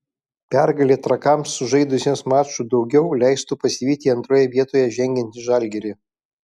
pergalė trakams sužaidusiems maču daugiau leistų pasivyti antroje vietoje žengiantį žalgirį